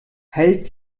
hält